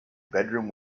bedroom